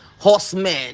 horsemen